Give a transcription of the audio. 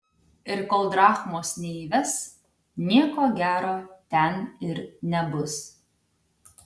ir kol drachmos neįves nieko gero ten ir nebus